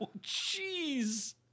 jeez